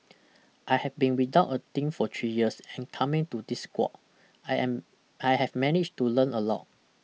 I have been without a team for three years and coming to this squad I am I have managed to learn a lot